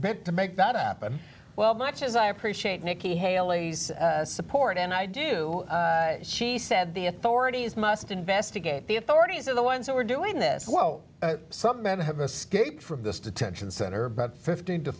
best to make that happen well much as i appreciate nikki haley's support and i do she said the authorities must investigate the authorities are the ones who are doing this well some men have a scape from this detention center about fifteen